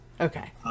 Okay